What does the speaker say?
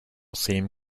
seem